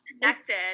connected